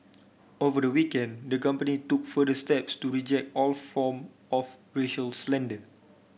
over the weekend the company took further steps to reject all form of racial slander